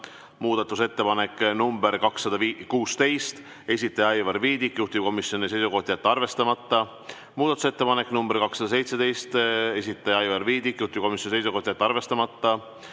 Muudatusettepanek nr 216, esitaja Aivar Viidik, juhtivkomisjoni seisukoht: jätta arvestamata. Muudatusettepanek nr 217, esitaja Aivar Viidik, juhtivkomisjoni seisukoht: jätta arvestamata.